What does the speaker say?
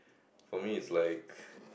for me it's like